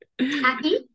happy